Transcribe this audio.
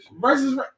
versus